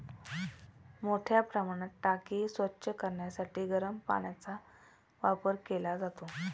मोठ्या प्रमाणात टाकी स्वच्छ करण्यासाठी गरम पाण्याचा वापर केला जातो